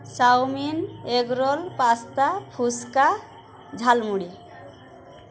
chowmein egg roll pasta phuchka jhalmuri